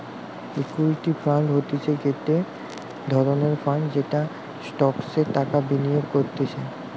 equity fund হতিছে গটে ধরণের ফান্ড যেটা স্টকসে টাকা বিনিয়োগ করতিছে